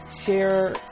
share